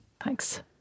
Thanks